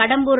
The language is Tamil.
கடம்பூர்